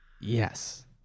Yes